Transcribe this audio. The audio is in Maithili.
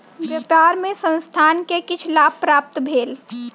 व्यापार मे संस्थान के किछ लाभ प्राप्त भेल